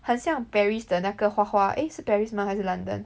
很像 Paris 的那个画画 eh 是 Paris 吗还是 London